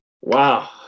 wow